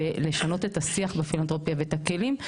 ולשנות את השיח בפילנתרופיה ואת הכלים,